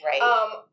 Right